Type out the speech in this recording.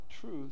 truth